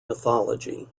mythology